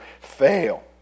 fail